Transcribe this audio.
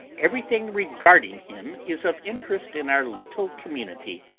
everything regarding him is of interest in our little community.